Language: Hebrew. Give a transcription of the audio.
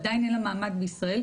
עדיין אין לה מעמד בישראל.